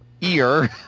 ear